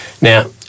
Now